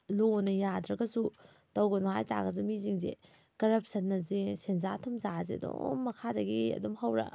ꯂꯣꯅ ꯌꯥꯗ꯭ꯔꯒꯁꯨ ꯇꯧꯒꯅꯨ ꯍꯥꯏ ꯇꯥꯔꯒꯁꯨ ꯃꯤꯁꯤꯡꯁꯦ ꯀꯔꯞꯁꯟ ꯑꯁꯦ ꯁꯦꯟꯖꯥ ꯊꯨꯝꯖꯥꯁꯦ ꯑꯗꯨꯝ ꯃꯈꯥꯗꯒꯤ ꯑꯗꯨꯝ ꯍꯧꯔꯛꯑ